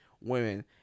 women